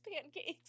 pancakes